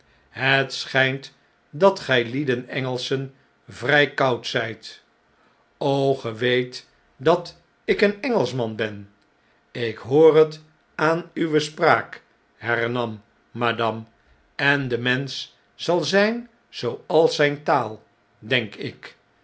het schh'nt dat gn'lieden engelschen vrjj koud zijt ge weet dat ik een engelschman ben ik hoor het aan uwe spraak hernam madame en de mensch zal zn'n zooals zn'ne taal denk ik